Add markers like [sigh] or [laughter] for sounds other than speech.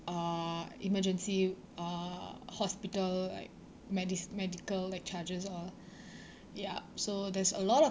uh emergency uh hospital like medic~ medical like charges all [breath] yup so there's a lot of